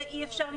זה אי-אפשר למחוק.